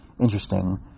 interesting